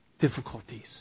difficulties